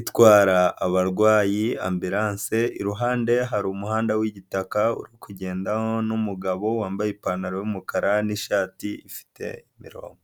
itwara abarwayi ambilanse, iruhande hari umuhanda w'igitaka uri kugenda n'umugabo, wambaye ipantaro y'umukara, n'ishati ifite imirongo.